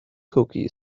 cookies